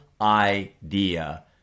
idea